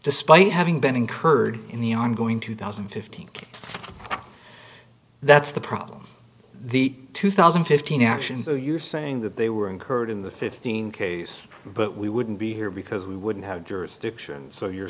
despite having been incurred in the ongoing two thousand and fifteen that's the problem the two thousand and fifteen action you're saying that they were incurred in the fifteen case but we wouldn't be here because we wouldn't have jurisdiction so you're